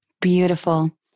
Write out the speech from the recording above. Beautiful